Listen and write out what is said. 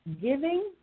giving